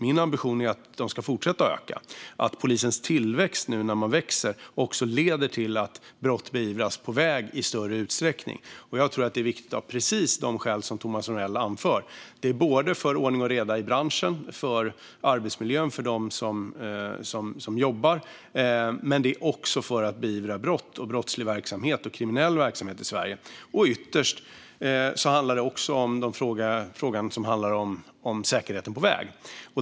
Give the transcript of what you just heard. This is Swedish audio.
Min ambition är att de ska fortsätta att öka och att polisens tillväxt, nu när man växer, ska leda till att brott på väg beivras i större utsträckning. Jag tror att det är viktigt av precis de skäl som Thomas Morell anför. Det handlar om ordning och reda i branschen och om arbetsmiljön för dem som jobbar. Det handlar också om att beivra brott och kriminell verksamhet i Sverige. Ytterst handlar det även om säkerheten på väg.